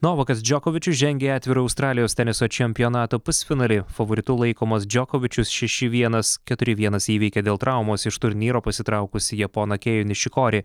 novakas džokovičius žengė į atvirą australijos teniso čempionato pusfinalį favoritu laikomas džokovičius šeši vienas keturi vienas įveikė dėl traumos iš turnyro pasitraukusį japoną kei nišikori